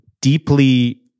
deeply